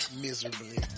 Miserably